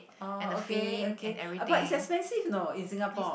oh okay okay uh but it's expensive you know in Singapore